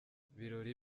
birori